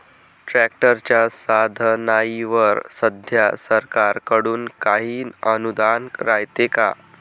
ट्रॅक्टरच्या साधनाईवर सध्या सरकार कडून काही अनुदान रायते का?